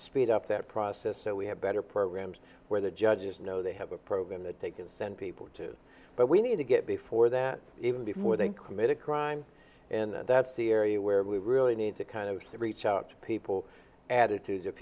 speed up that process so we have better programs where the judges know they have a program that they can send people to but we need to get before that even before they commit a crime and that's the area where we really need to kind of reach out to people attitudes if